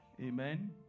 amen